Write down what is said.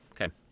Okay